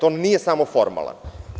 To nije samo formalno.